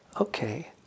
okay